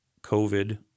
COVID